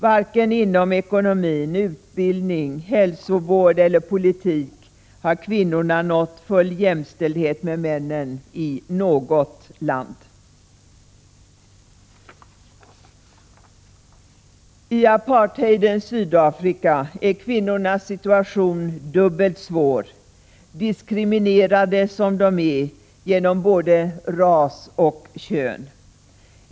Varken inom ekonomin, utbildningen, hälsovården eller politiken har kvinnorna nått full jämställdhet med männen —-—-—- i något land.” I apartheidens Sydafrika är kvinnornas situation dubbelt svår, diskriminerade som de är genom både ras och kön.